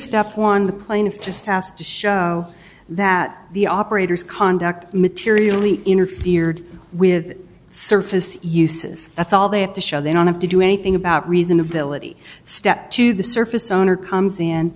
stuff won the plaintiff just asked to show that the operator's conduct materially interfered with surface uses that's all they have to show they don't have to do anything about reason a village step to the surface owner comes in